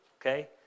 okay